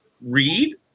read